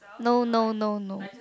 no no no no